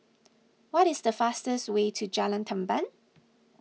what is the fastest way to Jalan Tamban